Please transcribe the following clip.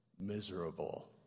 miserable